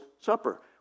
Supper